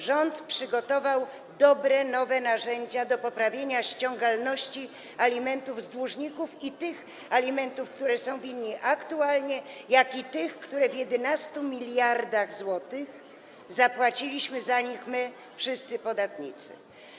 Rząd przygotował dobre, nowe narzędzia do poprawienia ściągalności alimentów od dłużników, zarówno tych alimentów, które są winni aktualnie, jak i tych, które w wysokości 11 mld zł zapłaciliśmy za nich my wszyscy, podatnicy.